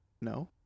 No